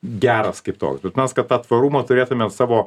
geras kaip toks bet mes kad tą tvarumą turėtumėm savo